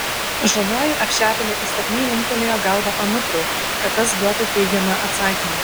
žavioji apšepėlė įsakmiai linktelėjo galva anuprui kad tas duotų teigiamą atsakymą